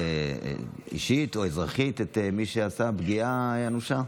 אישית או אזרחית את מי שעשה פגיעה אנושה.